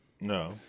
no